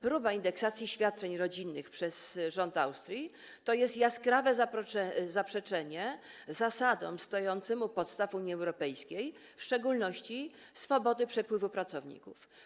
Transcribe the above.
Próba indeksacji świadczeń rodzinnych przez rząd Austrii to jaskrawe zaprzeczenie zasad stojących u podstaw Unii Europejskiej, w szczególności swobody przepływu pracowników.